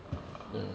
ah